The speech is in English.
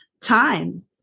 time